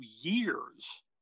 years